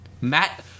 Matt